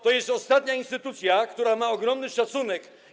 To jest ostatnia instytucja, która ma ogromny szacunek.